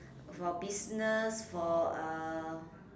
for business for uh